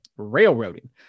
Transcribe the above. railroading